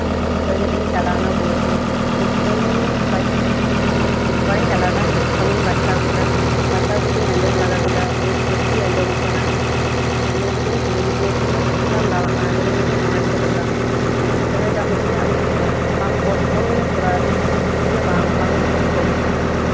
ᱠᱚᱭ ᱠᱟᱛᱮᱫ ᱤᱧ ᱪᱟᱞᱟᱣᱱᱟ ᱵᱳᱞᱯᱩᱨ ᱦᱮᱰ ᱯᱷᱳᱱ ᱫᱚᱠᱟᱱ ᱨᱤᱧ ᱪᱟᱞᱟᱣᱱᱟ ᱦᱮᱰ ᱯᱷᱳᱱᱤᱧ ᱵᱟᱪᱷᱟᱣ ᱠᱮᱫᱟ ᱵᱟᱪᱷᱟᱣ ᱠᱟᱛᱮᱫ ᱤᱧ ᱟᱸᱡᱚᱢ ᱞᱮᱜᱟ ᱠᱮᱫᱟ ᱵᱮᱥ ᱢᱚᱸᱡᱽ ᱜᱮ ᱟᱸᱡᱚᱢᱚᱜ ᱠᱟᱱᱟ ᱟᱸᱡᱚᱢ ᱠᱟᱛᱮᱧ ᱤᱧ ᱠᱩᱞᱤ ᱠᱮᱫᱮᱭᱟ ᱛᱤᱱᱟᱹᱜ ᱮᱢ ᱫᱟᱢ ᱟᱜ ᱠᱟᱱᱟ ᱟᱫᱚᱭ ᱞᱟᱹᱭ ᱠᱮᱫᱟ ᱡᱮ ᱢᱚᱬᱮᱥᱚ ᱴᱟᱠᱟ ᱢᱚᱬᱮᱥᱚ ᱴᱟᱠᱟᱭ ᱫᱟᱢ ᱟᱹᱫᱤᱧᱟ ᱟᱫᱚᱧ ᱢᱮᱛᱟᱭ ᱠᱟᱱᱟᱵᱟᱢ ᱠᱚᱢ ᱠᱚᱢ ᱢᱮ ᱛᱷᱚᱲᱟ ᱟᱫᱚᱭ ᱞᱟᱹᱭ ᱠᱮᱫᱟ ᱵᱟᱝ ᱵᱟᱝ ᱵᱟᱹᱧ ᱠᱚᱢᱼᱟ